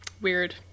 Weird